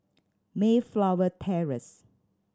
Mayflower Terrace